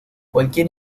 cualquier